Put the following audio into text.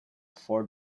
four